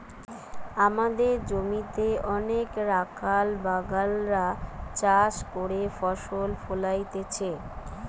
আমদের জমিতে অনেক রাখাল বাগাল রা চাষ করে ফসল ফোলাইতেছে